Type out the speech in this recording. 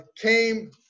came